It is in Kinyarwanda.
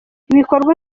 ibikorwa